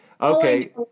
okay